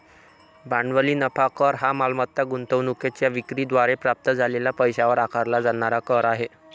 भांडवली नफा कर हा मालमत्ता गुंतवणूकीच्या विक्री द्वारे प्राप्त झालेल्या पैशावर आकारला जाणारा कर आहे